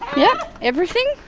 yep. everything.